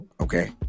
Okay